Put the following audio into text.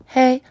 hey